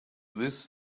this